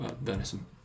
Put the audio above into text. Venison